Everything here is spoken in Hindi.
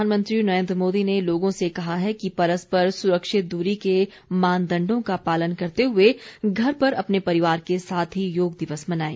प्रधानमंत्री नरेन्द्र मोदी ने लोगों से कहा है कि परस्पर सुरक्षित दूरी के मानदंडों का पालन करते हुए घर पर अपने परिवार के साथ ही योग दिवस मनाएं